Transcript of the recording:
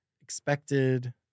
expected